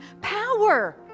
power